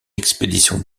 expédition